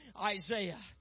Isaiah